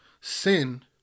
sin